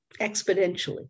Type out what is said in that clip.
exponentially